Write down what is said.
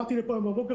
באתי היום לפה בבוקר,